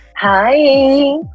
Hi